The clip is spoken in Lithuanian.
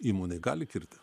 įmonė gali kilti